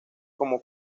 como